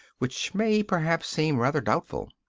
which may perhaps seem rather doubtful.